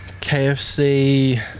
KFC